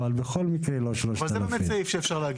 ובכל מקרה לא 3,000. זה סעיף שאפשר להגיע